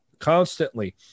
constantly